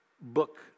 book